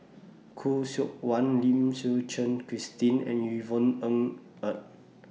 Khoo Seok Wan Lim Suchen Christine and Yvonne Ng Er